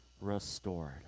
restored